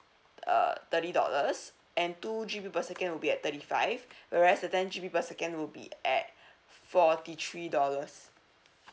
uh thirty dollars and two G_B per second will be at thirty five whereas the ten G_B per second will be at forty three dollars